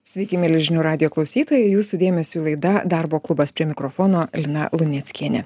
sveiki mieli žinių radijo klausytojai jūsų dėmesiui laida darbo klubas prie mikrofono lina luneckienė